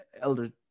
elder